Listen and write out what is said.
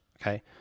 okay